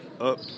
Up